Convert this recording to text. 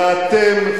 ואתם,